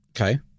Okay